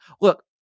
look